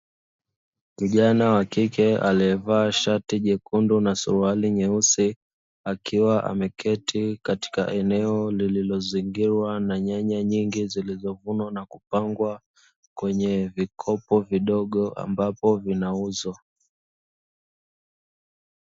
Kijana wa kike aliyevaa shati jekundu na suruali nyeusi akiwa ameketi katika eneo lililozingirwa na nyanya nyingi zilizovunwa na kupangwa kwenye vikopo vidogo ambavyo vinauzwa.